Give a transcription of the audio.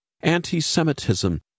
anti-Semitism